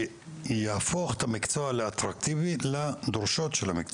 שיהפוך את המקצוע לאטרקטיבי לדרישות של המקצוע.